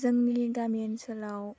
जोंनि गामि ओनसोलाव